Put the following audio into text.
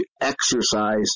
exercise